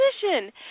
position